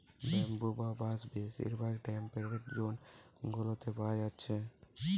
bamboo বা বাঁশ বেশিরভাগ টেম্পেরেট জোন গুলাতে পায়া যাচ্ছে